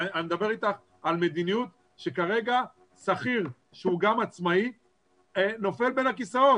אני מדבר איתך על מדיניות שכרגע שכיר שהוא גם עצמאי נופל בין הכיסאות,